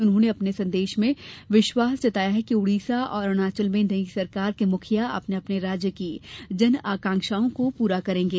उन्होंने अपने संदेश में विश्वास जताया है कि उड़ीसा और अरूणाचल में नई सरकार के मुखिया अपने अपने राज्य की जन आकांक्षाओं को पूरा करेंगे